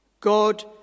God